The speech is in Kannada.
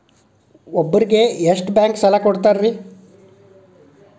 ಒಬ್ಬರಿಗೆ ಎಷ್ಟು ಬ್ಯಾಂಕ್ ಸಾಲ ಕೊಡ್ತಾರೆ?